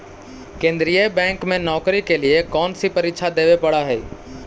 केन्द्रीय बैंक में नौकरी के लिए कौन सी परीक्षा देवे पड़ा हई